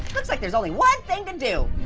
looks like there's only one thing to do.